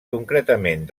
concretament